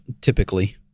typically